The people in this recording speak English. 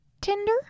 tinder